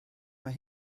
mae